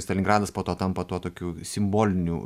stalingradas po to tampa tuo tokiu simboliniu